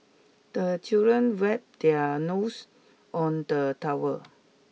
the children wipe their nose on the towel